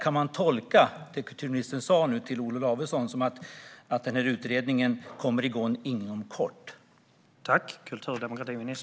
Kan man tolka det kulturministern sa till Olof Lavesson som att den här utredningen kommer igång inom kort?